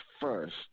first